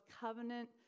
covenant